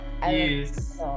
Yes